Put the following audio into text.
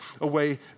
away